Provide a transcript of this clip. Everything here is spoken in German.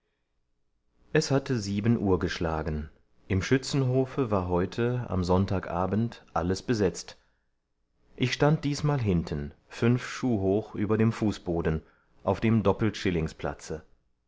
es hatte sieben uhr geschlagen im schützenhofe war heute am sonntagabend alles besetzt ich stand diesmal hinten fünf schuh hoch über dem fußboden auf dem